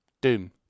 Doom